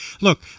look